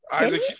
Isaac